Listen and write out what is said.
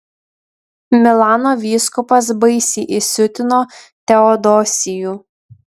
milano vyskupas baisiai įsiutino teodosijų